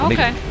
Okay